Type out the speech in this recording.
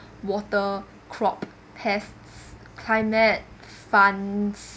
water crops pests climate funds